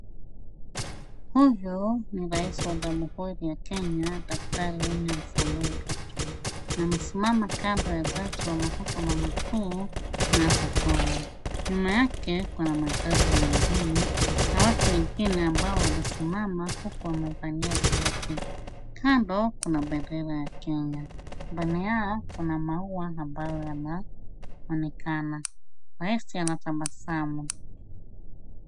Huyo ni Rais wa nchi ya Kenya Daktari William Samoei Ruto. Anasimama kando ya jaji wa mahakama makuu Martha Koome. Nyuma yake kuna majaji wengine ambao wamesimama huku wamevalia suti. Kando kuna bendera ya kenya. Mbele yao kuna maua ambayo yanaonekana. Rais anatabasamu.